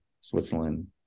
Switzerland